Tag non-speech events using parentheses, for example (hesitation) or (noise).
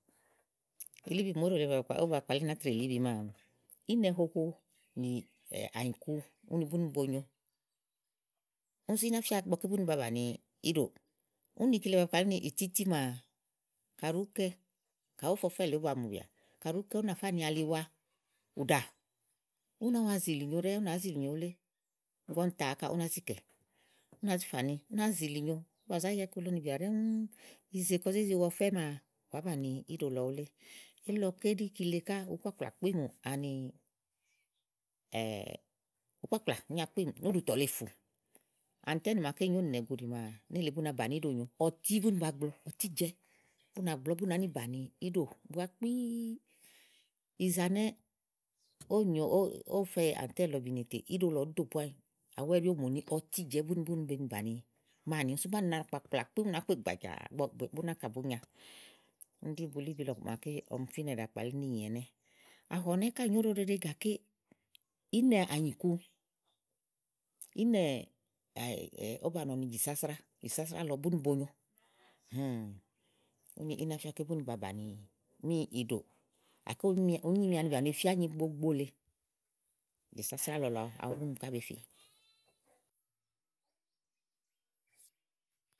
ilíbi màoóɖò lèe màa ówó ba kpalí ni átrèlíbi màa ínɛ nono nì ànyìku úni búni bonyo ún sú í ná fía ígbɔ búni ba bàni íɖò. Úni kile ba koaú ni ìtítímaa, kàɖi ùú kɛ, ú nàfá ni aliwa ùɖà úná wa zìlì nyo ɖɛ́ɛ, ú nàá zìlìnyo wulé, ígbɔ ún tià ákà, ú nàa zìkɛ̀, úr nà zì fà ni, ú náa zìlì nyo. Ówó bà zá ya iku lɔ nìbìà ɖɛ́ɖɛ́, ìzè kɔ zé zi wa ɔfɛ́ maa, ù wà bàni iɖo lɔ wulé. Elí lɔ kéɖi kile ká, ùú kpakplà kpíìm ani (hesitation) ùú kpakplà, ùú nya kpíìm núùɖùtɔ̀ lèe fù ani kɛ́ màa nyo ówò nìnɛ̀guɖi maa, búna bàni íɖò nyo ɔtí búni ba gblɔ, ɔtítuɛ bú nàgblɔ́ bú nàá nì bàni íɖò bua kpíí, ìyìzà nɛ̀ ówò nyo, ówófe ãtɛ́nì lɔ bìini tè íɖò lɔ ɔ̀ɔ́dò po anyi awu ɛ́ɖí ówó mùni ɔtijɛ̀ɛ́ búni be ni bàní máàni sú máàni na k̀pàkplà kpíìm ú nàá kpe gbajàà ígbɔ bú nàka bùú nya úni ɖí bulíbi lɔ màa ke ɔfínɛ̀ ɖàa kpalí míìnyi ɛnɛ́. Ànɔ̀nɛ́ ká nyòo óɖo ɖeɖe gàké inɛ̀ ányìku (hesitation) ówó ba nɔ ni jì sásrá, jìsásrá lɔ buni bonyo. Úni í ná fía ígbɔ búni ba míìɖò. gáké ùúnyimi ani bìà bèe fi ányigbogbo lèe jìsásrá lɔlɔ awu búni ká be fí.